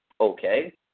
okay